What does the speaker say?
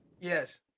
yes